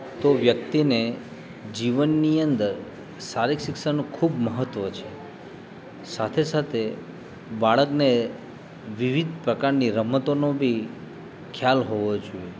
તો વ્યક્તિને જીવનની અંદર શારીરિક શિક્ષણનું ખૂબ મહત્ત્વ છે સાથે સાથે બાળકને વિવિધ પ્રકારની રમતોનું બી ખ્યાલ હોવો જોઈએ